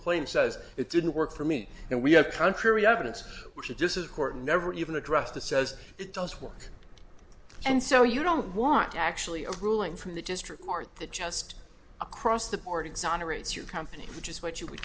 claim says it didn't work for me and we have contrary evidence which is just as important never even addressed the says it does work and so you don't want actually a ruling from the district court that just across the board exonerates your company which is what you would